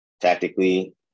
Tactically